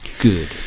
good